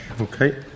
Okay